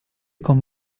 con